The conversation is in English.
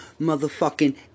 motherfucking